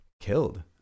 killed